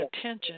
attention